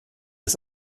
des